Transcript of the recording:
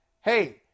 Hey